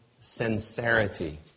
sincerity